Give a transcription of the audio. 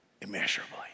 immeasurably